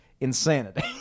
insanity